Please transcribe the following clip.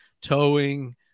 towing